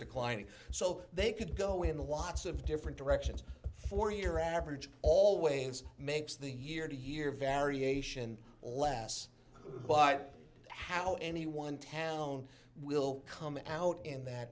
declining so they could go into lots of different directions for your average always makes the year to year variation less but how any one town will come out in that